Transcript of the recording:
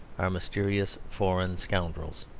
are mysterious foreign scoundrels.